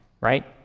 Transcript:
right